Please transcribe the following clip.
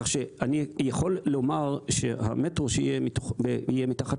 כך שאני יכול לומר שהמטרו שיהיה מתחת